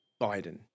biden